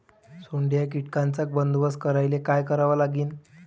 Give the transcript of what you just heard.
सोंडे या कीटकांचा बंदोबस्त करायले का करावं लागीन?